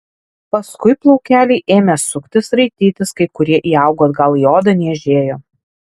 paskui plaukeliai ėmė suktis raitytis kai kurie įaugo atgal į odą niežėjo